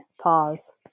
pause